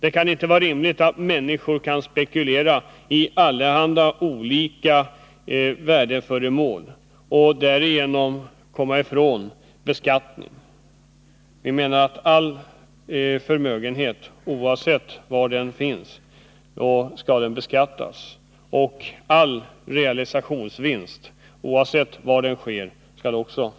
Det kan inte vara rimligt att människor spekulerar i allehanda värdeföremål och därigenom kommer undan beskattning. All förmögenhet, oavsett var den finns, skall enligt vår uppfattning beskattas. Det måste också gälla alla realisationsvinster, oavsett var de sker. Fru talman!